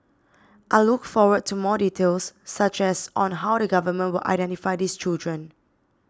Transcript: I look forward to more details such as on how the government will identify these children